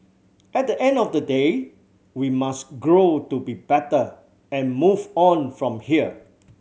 at the end of the day we must grow to be better and move on from here